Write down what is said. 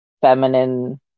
feminine